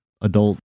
adult